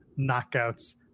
knockouts